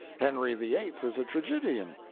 henry the eighth is a tragedian,